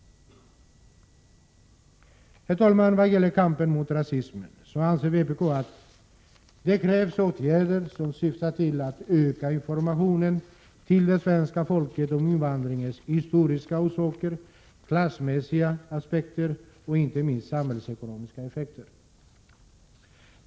Herr talman! Vad gäller kampen mot rasismen anser vpk att det krävs åtgärder som syftar till att öka informationen till det svenska folket om invandringens historiska orsaker, klassmässiga aspekter och inte minst samhällsekonomiska effekter.